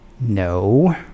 No